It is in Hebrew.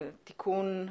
(תיקון),